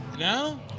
No